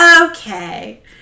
okay